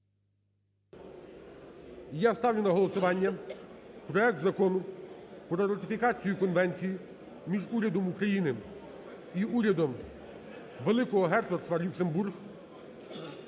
Я ставлю на голосування проект Закону про ратифікацію Конвенції між Урядом України і Урядом Великого Герцогства Люксембург